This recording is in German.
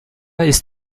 ist